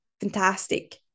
fantastic